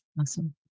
Awesome